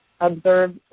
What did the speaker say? observe